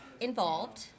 involved